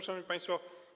Szanowni Państwo!